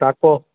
टाको